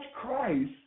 Christ